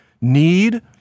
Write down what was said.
need—